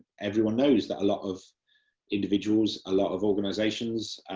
everyone knows that a lot of individuals, a lot of organisations,